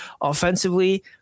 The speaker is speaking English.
offensively